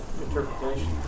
interpretation